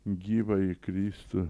gyvąjį kristų